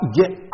get